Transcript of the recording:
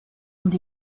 und